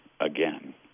again